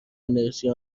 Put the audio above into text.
انرژی